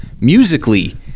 Musically